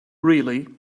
really